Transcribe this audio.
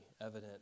evident